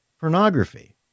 pornography